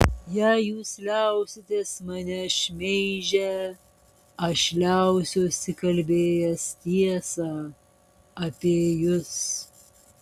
jei jūs liausitės mane šmeižę aš liausiuosi kalbėjęs tiesą apie jus